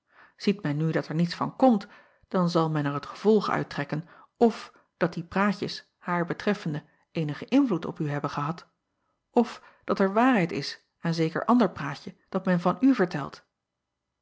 iet men nu dat er niets van komt dan zal men er het gevolg uit trekken f dat die praatjes haar betreffende eenigen invloed op u hebben gehad f dat er waarheid is aan zeker ander praatje dat men van u vertelt